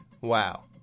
wow